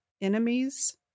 enemies